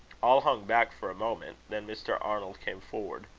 all hung back for a moment. then mr. arnold came forward.